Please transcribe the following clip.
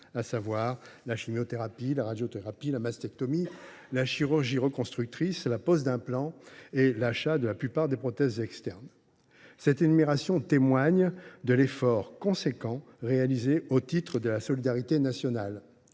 à l’affection : chimiothérapie, radiothérapie, mastectomie, chirurgie reconstructrice, pose d’implants et achat de la plupart des prothèses externes. Cette énumération témoigne de l’effort substantiel réalisé au titre de la solidarité nationale.